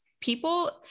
people